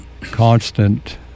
constant